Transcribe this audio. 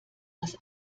das